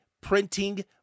printing